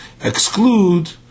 exclude